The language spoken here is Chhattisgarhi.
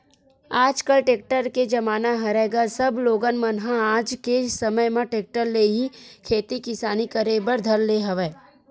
आजकल टेक्टर के जमाना हरय गा सब लोगन मन ह आज के समे म टेक्टर ले ही खेती किसानी करे बर धर ले हवय